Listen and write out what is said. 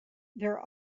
there